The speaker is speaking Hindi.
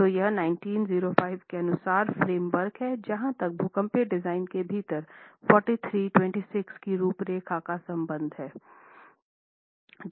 तो यह 1905 के अनुसार फ्रेम वर्क हैं जहाँ तक भूकंपीय डिजाइन के भीतर 4326 की रूपरेखा का संबंध है